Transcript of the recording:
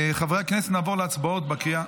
חברי הכנסת, נעבור להצבעות בקריאה,